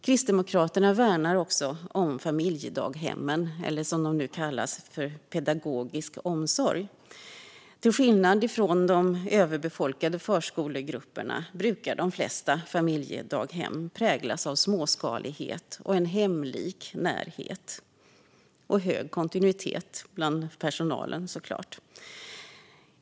Kristdemokraterna värnar också om familjedaghemmen eller pedagogisk omsorg, som de nu kallas. Till skillnad från de överbefolkade förskolegrupperna brukar de flesta familjedaghem präglas av småskalighet och en hemlik närhet - och hög kontinuitet bland personalen, såklart.